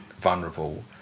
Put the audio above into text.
vulnerable